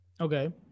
Okay